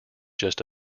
just